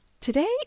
Today